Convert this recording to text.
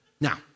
Now